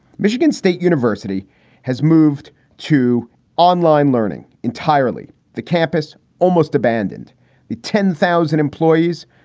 michigan state university has moved to online learning entirely. the campus almost abandoned the ten thousand employees,